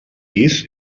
pis